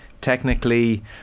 technically